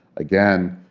again,